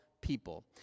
people